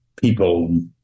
people